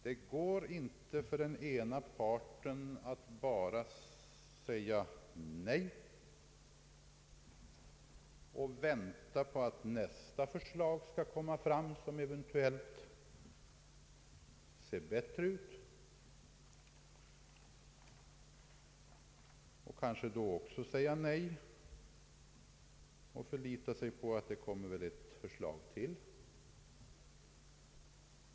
Det går inte för den ena parten att bara säga nej och vänta på ett nytt förslag som eventuellt ser bättre ut, kanske också då säga nej och förlita sig på att det väl kommer ett förslag till.